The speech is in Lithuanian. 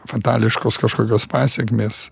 fatališkos kažkokios pasekmės